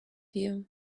you